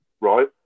right